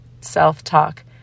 self-talk